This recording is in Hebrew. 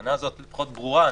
הטענה הזאת פחות ברורה,